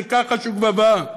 זה כחש וגבבה.